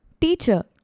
Teacher